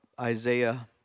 Isaiah